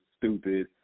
stupid